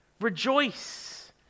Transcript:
rejoice